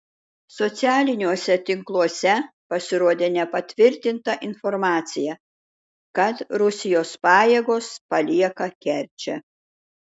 socialiniuose tinkluose pasirodė nepatvirtinta informacija kad rusijos pajėgos palieka kerčę